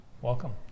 Welcome